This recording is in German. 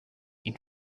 ihn